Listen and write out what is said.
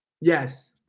Yes